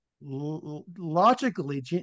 logically